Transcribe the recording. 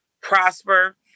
prosper